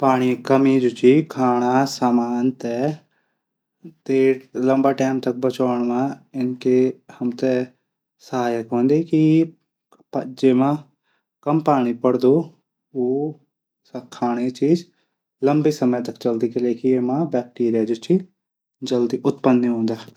पाणी कमी जू छन खाणा समान थै लंबा टैम त बचाण हमथै सहायक हूंदी ज्यूं मा कम पाणी पुडद उ खाणी चीज लंबू समय तक चलदी। ये मा वैक्टीरिया जल्दी उत्पन्न नी हूंदा।